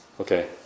Okay